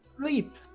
sleep